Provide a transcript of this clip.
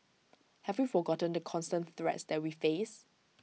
have we forgotten the constant threats that we face